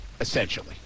essentially